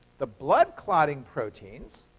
the blood clotting proteins,